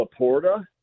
Laporta